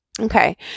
Okay